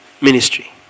ministry